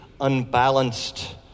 unbalanced